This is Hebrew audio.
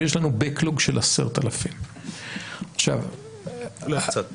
ויש לנו backlog של 10,000. אולי קצת פחות.